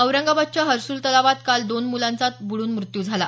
औरंगाबादच्या हर्सुल तलावात काल दोन मुलांचा तलावात पडून मृत्यू झाला